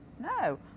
No